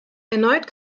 erneut